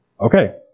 Okay